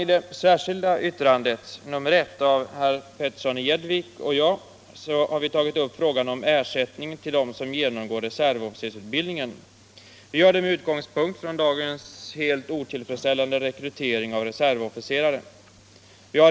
I det särskilda yttrandet nr 1 har herr Petersson i Gäddvik och jag tagit upp frågan om ersättningen till dem som genomgår re Förmåner för servofficersutbildning. Vi gör det med utgångspunkt i dagens helt otillräckliga rekrytering av reservofficerare.